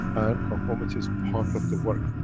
and conformity is part of the work.